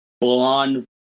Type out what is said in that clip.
blonde